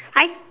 I